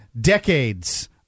decades